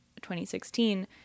2016